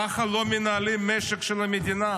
ככה לא מנהלים את המשק של המדינה.